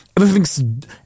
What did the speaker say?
Everything's